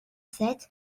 sept